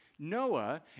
Noah